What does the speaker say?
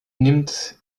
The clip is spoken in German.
nimmt